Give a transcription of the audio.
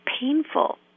painful